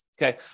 Okay